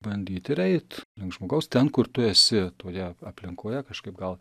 bandyti ir eit link žmogaus ten kur tu esi toje aplinkoje kažkaip gal